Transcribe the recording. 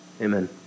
Amen